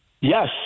Yes